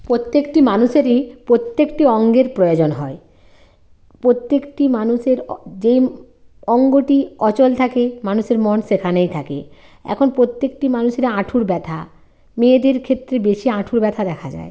প্রত্যেকটি মানুষেরই প্রত্যেকটি অঙ্গের প্রয়োজন হয় প্রত্যেকটি মানুষের যেই অঙ্গটি অচল থাকে মানুষের মন সেখানেই থাকে এখন প্রত্যেকটি মানুষের হাঁটুর ব্যথা মেয়েদের ক্ষেত্রে বেশি হাঁটুর ব্যথা দেখা যায়